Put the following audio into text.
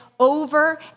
over